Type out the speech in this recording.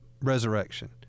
resurrection